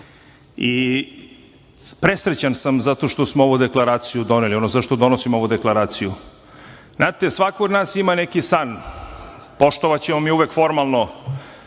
i presrećan sam zato što smo ovu deklaraciju doneli, zašto donosimo ovu deklaraciju. Znate svako od nas ima neki san. Poštovaćemo mi uvek formalno